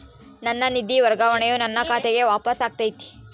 ನನ್ನ ನಿಧಿ ವರ್ಗಾವಣೆಯು ನನ್ನ ಖಾತೆಗೆ ವಾಪಸ್ ಆಗೈತಿ